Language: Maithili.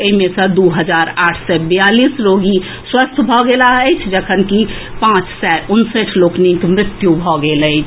एहि मे सँ दू हजार आठ सय बियालीस रोगी स्वस्थ भऽ गेलाह अछि जखनकि पांच सय उनसठि लोकनिक मृत्यु भऽ गेल अछि